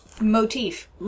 Motif